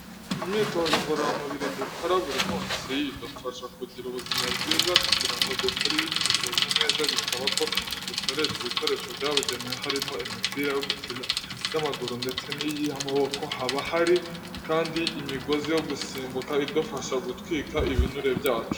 Imyitotozo ngororamubiri dukora buri munsi, idufasha kugira ubuzima bwiza, kugira ngo dukore iyo myitozo neza, bisaba ko dukoresha ibikoresho byabugenewe, harimo imipira yo gukina y'amaguru ndetse n'iy'amaboko, haba hari kandi imigozi yo gusimbuka idufasha gutwika ibinure byacu.